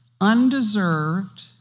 Undeserved